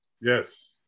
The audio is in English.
Yes